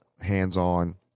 hands-on